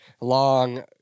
long